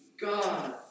God